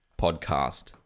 podcast